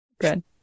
good